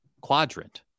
quadrant